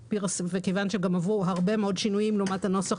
כיוון שגם עברו הרבה מאוד שינויים לעומת הנוסח